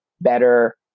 better